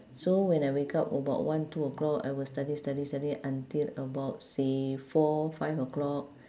so when I wake up about one two o'clock I will study study study until about say four five o'clock